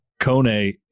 Kone